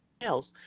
else